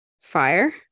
fire